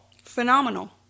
phenomenal